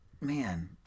man